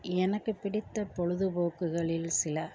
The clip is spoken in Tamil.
எனக்கு பிடித்த பொழுதுபோக்குகளில் சில